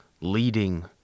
leading